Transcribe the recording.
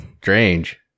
strange